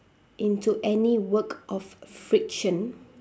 into any work of friction